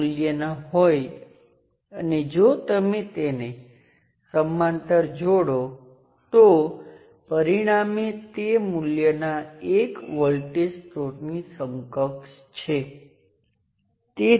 અને કહું કે હું આ કરંટ સ્ત્રોત I1 ને જોડીશ જે મૂળ સર્કિટ સાથે જે પણ સર્કિટ કનેક્ટ કરું તે સ્પષ્ટપણે દર્શાવે છે કે અહીં વહેતો કરંટ I1 છે અને અહીંનો વોલ્ટેજ V1 બરાબર Vth I1× Rth છે